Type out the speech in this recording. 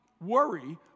worry